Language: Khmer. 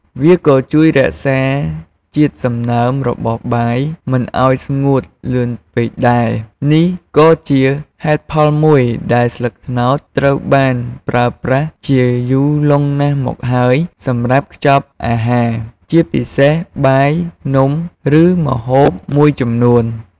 វាក៏ជួយរក្សាជាតិសំណើមរបស់បាយ មិនឲ្យស្ងួតលឿនពេកដែរ នេះក៏ជាហេតុផលមួយដែលស្លឹកត្នោតត្រូវបានប្រើប្រាស់ជាយូរលង់មកហើយសម្រាប់ខ្ចប់អាហារ ជាពិសេសបាយ នំ ឬម្ហូបមួយចំនួន។